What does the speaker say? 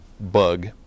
bug